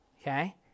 Okay